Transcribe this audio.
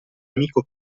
amico